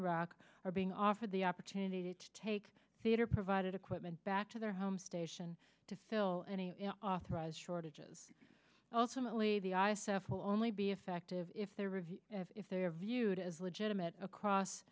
iraq are being offered the opportunity to take theatre provided equipment back to their home station to fill any authorized shortages also mostly the i s f will only be effective if they review if they are viewed as legitimate across